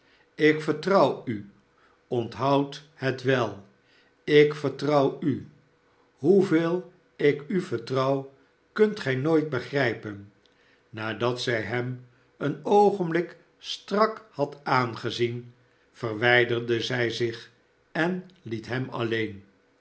ik vertrouw u onthoudt het wel ik vertrouw u hoeveel ik u vertrouw kunt gij nooit begrijpen nadat zij hem een oogenblik strak had aangezien verwijderde zij zich en het hem alleen